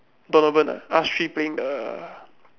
Donovan ah us three playing the